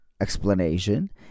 explanation